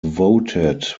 voted